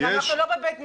אנחנו לא בבית משפט.